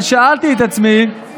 אבל שאלתי את עצמי, רם,